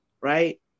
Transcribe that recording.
right